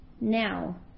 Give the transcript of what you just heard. now